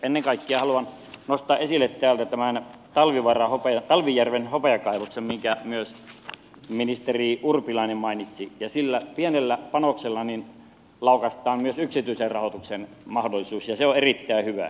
ennen kaikkea haluan nostaa esille täältä tämän taivaljärven hopeakaivoksen minkä myös ministeri urpilainen mainitsi ja sillä pienellä panoksella laukaistaan myös yksityisen rahoituksen mahdollisuus ja se on erittäin hyvä